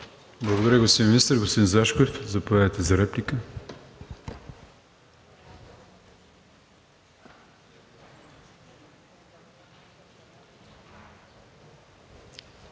Благодаря, господин Министър. Господин Зашкев, заповядайте за реплика.